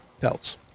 pelts